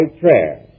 prayer